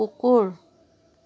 কুকুৰ